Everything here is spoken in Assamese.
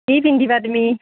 কি পিন্ধিবা তুমি